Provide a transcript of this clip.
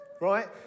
right